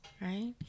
right